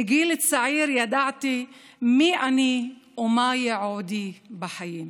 מגיל צעיר ידעתי מי אני ומה ייעודי בחיים.